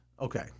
Okay